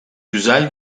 güzel